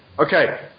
Okay